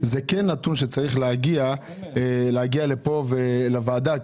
זה כן נתון שצריך להגיע לפה לוועדה,